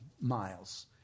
miles